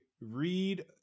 Read